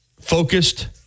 focused